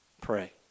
Pray